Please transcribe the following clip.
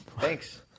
Thanks